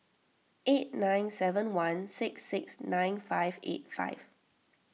eight nine seven one six six nine five eight five